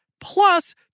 plus